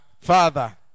Father